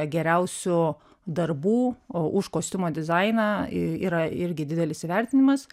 geriausių darbų už kostiumo dizainą yra irgi didelis įvertinimas